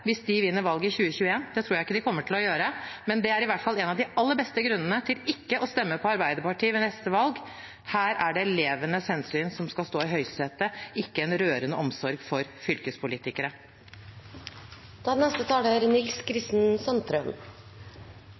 hvis de vinner valget i 2021. Det tror jeg ikke de kommer til å gjøre, men det er i hvert fall en av de aller beste grunnene til ikke å stemme på Arbeiderpartiet ved neste valg. Her er det hensynet til elevene som skal stå i høysetet, ikke en rørende omsorg for fylkespolitikere. Jeg er